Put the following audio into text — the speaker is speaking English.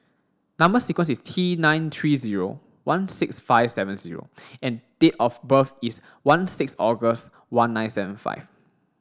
number sequence is T nine three zero one six five seven zero and date of birth is one six August one nine seven five